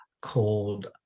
called